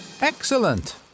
Excellent